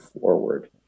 forward